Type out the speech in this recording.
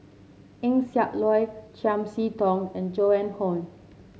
Eng Siak Loy Chiam See Tong and Joan Hon